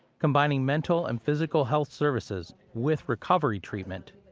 combining mental and physical health services with recovery treatment,